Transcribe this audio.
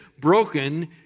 broken